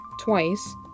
twice